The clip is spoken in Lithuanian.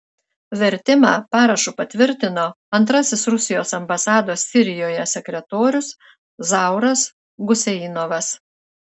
vertimą parašu patvirtino antrasis rusijos ambasados sirijoje sekretorius zauras guseinovas